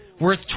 worth